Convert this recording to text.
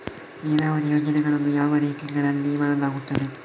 ನೀರಾವರಿ ಯೋಜನೆಗಳನ್ನು ಯಾವ ರೀತಿಗಳಲ್ಲಿ ಮಾಡಲಾಗುತ್ತದೆ?